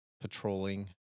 patrolling